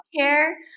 care